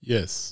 Yes